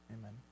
Amen